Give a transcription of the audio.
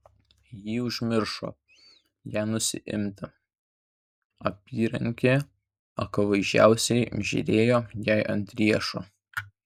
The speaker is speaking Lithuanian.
ji užmiršo ją nusiimti apyrankė akivaizdžiausiai žėrėjo jai ant riešo